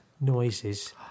noises